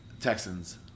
Texans